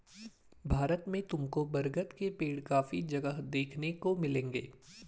भारत में तुमको बरगद के पेड़ काफी जगह देखने को मिलेंगे